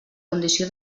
condició